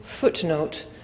footnote